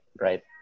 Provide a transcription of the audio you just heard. right